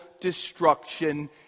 destruction